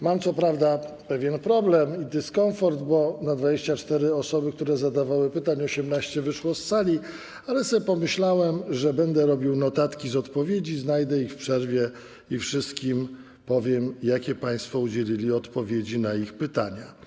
Mam co prawda pewien problem i dyskomfort, bo na 24 osoby, które zadawały pytania, 18 wyszło z sali, ale pomyślałem, że będę robił notatki z odpowiedzi, znajdę je w przerwie i powiem, jakich państwo udzielili odpowiedzi na ich pytania.